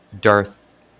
Darth